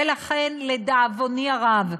ולכן, לדאבוני הרב,